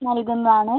നൽകുന്നതാണ്